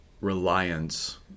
reliance